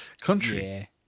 country